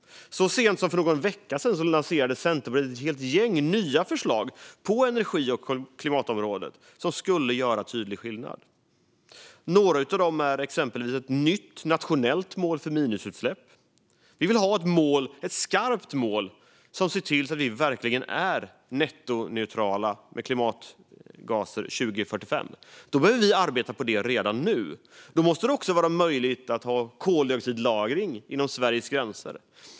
Så sent som för någon vecka sedan lanserade Centerpartiet ett helt gäng nya förslag på energi och klimatområdet som skulle göra tydlig skillnad. Ett exempel är ett nytt nationellt mål för minusutsläpp. Vi vill ha ett skarpt mål som ser till att vi verkligen är nettoneutrala vad gäller klimatgaser år 2045. Vi behöver arbeta på det redan nu, och därför måste det vara möjligt med koldioxidlagring inom Sveriges gränser.